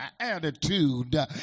attitude